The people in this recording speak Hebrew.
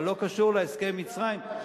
אבל לא קשור להסכם עם מצרים,